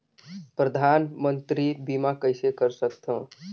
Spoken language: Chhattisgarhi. परधानमंतरी बीमा कइसे कर सकथव?